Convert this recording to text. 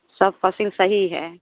सब फसल सही है